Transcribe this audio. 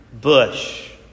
bush